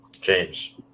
James